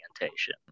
orientation